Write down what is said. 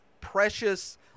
precious